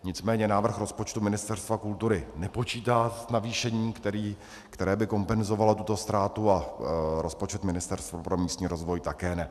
Nicméně návrh rozpočtu Ministerstva kultury nepočítá s navýšením, které by kompenzovalo tuto ztrátu, a rozpočet Ministerstva pro místní rozvoj také ne.